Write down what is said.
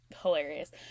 hilarious